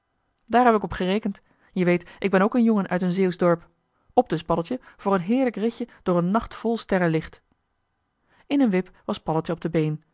daar heb ik op gerekend je weet ik ben ook een jongen uit een zeeuwsch dorp op dus paddeltje voor een heerlijk ritje door een nacht vol sterrenlicht in een wip was paddeltje op de been